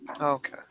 okay